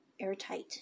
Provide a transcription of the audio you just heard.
airtight